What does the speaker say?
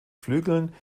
flügeln